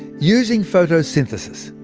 using photosynthesis,